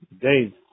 days